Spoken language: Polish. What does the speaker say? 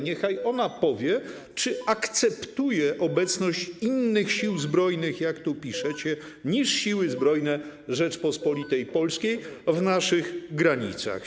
Niechaj ona powie, czy akceptuje obecność innych sił zbrojnych, jak tu piszecie, niż Siły Zbrojne Rzeczypospolitej Polskiej w naszych granicach.